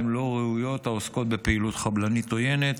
לא ראויות העוסקות בפעילות חבלנית עוינת,